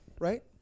Right